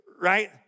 right